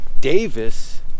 Davis